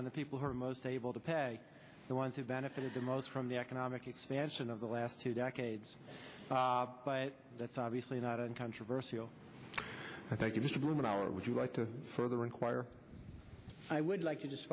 on the people who are most able to pay the ones who benefited the most from the economic expansion of the last two decades but that's obviously not uncontroversial i think in this room an hour would you like to further inquire i would like to just